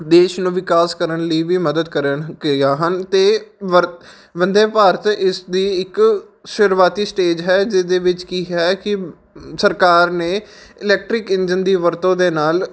ਦੇਸ਼ ਨੂੰ ਵਿਕਾਸ ਕਰਨ ਲਈ ਵੀ ਮਦਦ ਕਰਨ ਕਿਰਿਆ ਹਨ ਅਤੇ ਵਰਤ ਵੰਦੇ ਭਾਰਤ ਇਸ ਦੀ ਇੱਕ ਸ਼ੁਰੂਆਤੀ ਸਟੇਜ ਹੈ ਜਿਹਦੇ ਵਿੱਚ ਕੀ ਹੈ ਕਿ ਸਰਕਾਰ ਨੇ ਇਲੈਕਟ੍ਰਿਕ ਇੰਜਨ ਦੀ ਵਰਤੋਂ ਦੇ ਨਾਲ